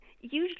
usually